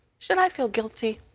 should i feel guilty?